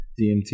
DMT